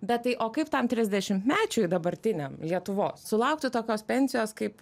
bet tai o kaip tam trisdešimtmečiui dabartiniam lietuvos sulaukti tokios pensijos kaip